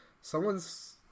someone's